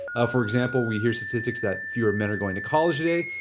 ah for example we hear statistics that fewer men are going to college today,